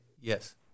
Yes